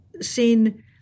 seen